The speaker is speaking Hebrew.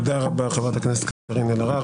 תודה רבה, חברת הכנסת קארין אלהרר.